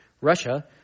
Russia